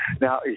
Now